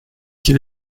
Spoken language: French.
quel